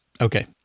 Okay